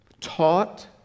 taught